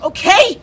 Okay